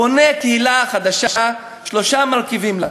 ובונה קהילה חדשה, ששלושה מרכיבים לה.